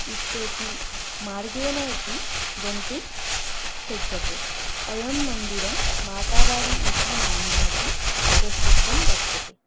इतोपि मार्गेन अपि गन्तुं शक्यते अयं मन्दिरं मातावारि इति नाम्ना अपि प्रसिद्धं वर्तते